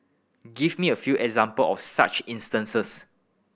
give me a few example of such instances